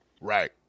Right